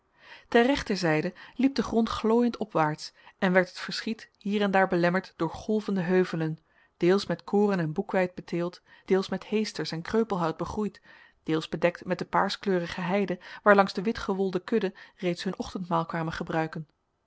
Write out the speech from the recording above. ter rechterzijde liep de grond glooiend opwaarts en werd het verschiet hier en daar belemmerd door golvende heuvelen deels met koren en boekweit beteeld deels met heesters en kreupelhout begroeid deels bedekt met de paarskleurige heide waarlangs de witgewolde kudde reeds hun ochtendmaal kwamen gebruiken